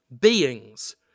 beings